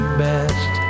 best